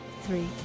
three